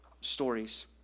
stories